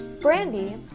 brandy